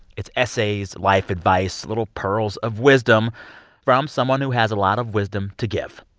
it's essays, life advice, little pearls of wisdom from someone who has a lot of wisdom to give.